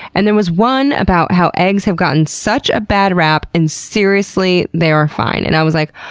and there was one about how eggs have gotten such a bad rap and seriously, they are fine. and i was like